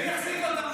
מי יחזיק אותם שם?